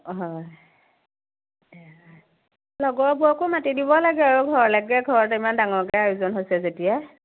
হয় লগৰবোৰকো মাতি দিব লাগে আৰু ঘৰলৈকে ঘৰত ইমান ডাঙৰকৈ আয়োজন হৈছে যেতিয়া